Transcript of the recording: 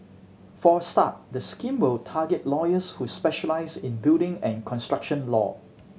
for a start the scheme will target lawyers who specialise in building and construction law